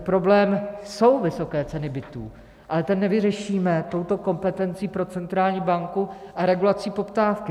Problém jsou vysoké ceny bytů, ale ten nevyřešíme touto kompetencí pro centrální banku a regulací poptávky.